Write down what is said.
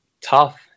tough